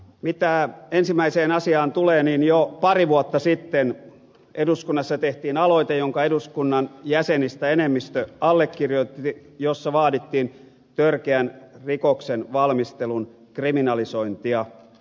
mitä ensimmäiseen asiaan tulee niin jo pari vuotta sitten eduskunnassa tehtiin aloite jonka eduskunnan jäsenistä enemmistö allekirjoitti jossa vaadittiin törkeän rikoksen valmistelun kriminalisointia